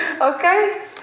Okay